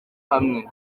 hamwe